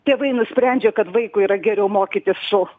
tėvai nusprendžia kad vaikui yra geriau mokytis su